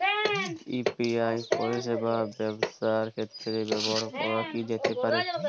UPI পরিষেবা ব্যবসার ক্ষেত্রে ব্যবহার করা যেতে পারে কি?